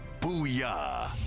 booyah